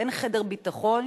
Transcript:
אין חדר ביטחון,